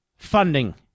funding